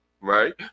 right